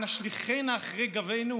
הנשליכנה אחרי גונו